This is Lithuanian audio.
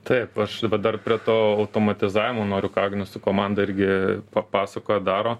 taip aš dar prie to automatizavimo noriu ką agnius su komanda irgi papasakojo daro